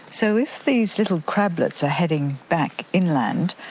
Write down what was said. so if these little crablets are heading back inland,